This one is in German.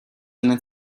nennen